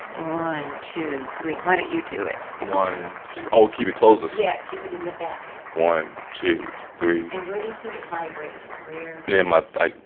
one, two three. why don't you do it? one, two oh, keep it closed yeah, keep it in the back one, two, three and where do you feel it vibrating? where? in my, like,